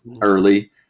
early